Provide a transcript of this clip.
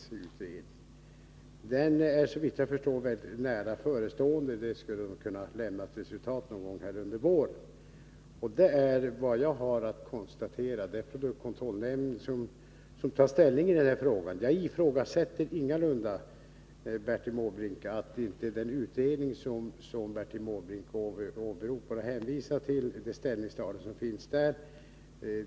Resultaten från utredningen är, såvitt jag kan förstå, nära förestående och kan lämnas någon gång under våren. Det är vad jag har att konstatera. Det är produktkontrollnämnden som skall ta ställning i den här frågan. Jag ifrågasätter ingalunda att det förhåller sig på det sätt som redovisas av den utredning som Bertil Måbrink åberopar.